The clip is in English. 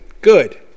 good